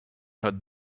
heard